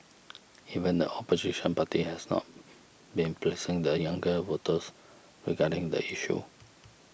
even the opposition party has not been pleasing the younger voters regarding the issue